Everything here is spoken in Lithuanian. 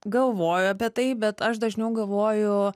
galvoju apie tai bet aš dažniau galvoju